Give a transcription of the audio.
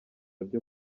byo